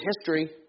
history